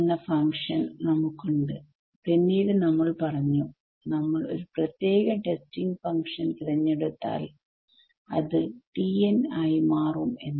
എന്ന ഫങ്ക്ഷൻനമുക്ക് ഉണ്ട് പിന്നീട് നമ്മൾ പറഞ്ഞു നമ്മൾ ഒരു പ്രത്യേക ടെസ്റ്റിംഗ് ഫങ്ക്ഷൻതിരഞ്ഞെടുത്താൽ ഇത് ആയി മാറും എന്ന്